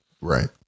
right